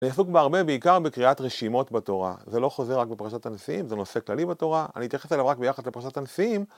אני עסוק בהרבה בעיקר בקריאת רשימות בתורה, זה לא חוזר רק בפרשת הנשיאים, זה נושא כללי בתורה, אני אתייחס אליו רק ביחס לפרשת הנשיאים